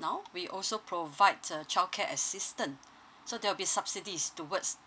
now we also provide uh childcare assistance so there'll be subsidies towards